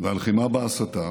ועל לחימה בהסתה